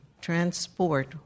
transport